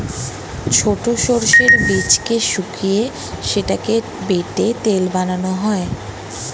ছোট সর্ষের বীজকে শুকিয়ে সেটাকে বেটে তেল বানানো হয়